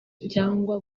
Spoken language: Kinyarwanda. cyangwa